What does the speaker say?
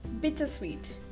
bittersweet